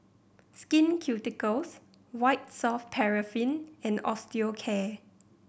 Skin Ceuticals White Soft Paraffin and Osteocare